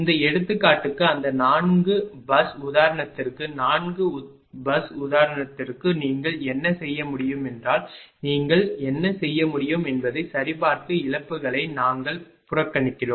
இந்த எடுத்துக்காட்டுக்கு அந்த 4 பேருந்து உதாரணத்திற்கு 4 பேருந்து உதாரணத்திற்கு நீங்கள் என்ன செய்ய முடியும் என்றால் நீங்கள் என்ன செய்ய முடியும் என்பதை சரிபார்த்து இழப்புகளை நாங்கள் புறக்கணிக்கிறோம்